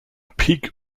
peak